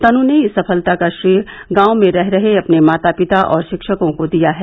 तनु ने इस सफलता का श्रेय गांव में रह रहे अपने माता पिता और शिक्षकों को दिया है